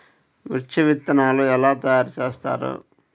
మిర్చి విత్తనాలు ఎలా తయారు చేస్తారు?